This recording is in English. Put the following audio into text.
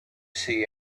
see